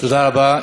תודה רבה.